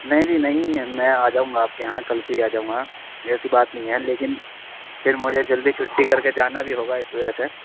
نہیں نہیں نہیں ہے میں آ جاؤں گا آپ کے یہاں کل کو ہی آ جاؤں گا ایسی بات نہیں ہے لیکن پھر مجھے جلدی چھٹی کر کے جانا بھی ہوگا اس وجہ سے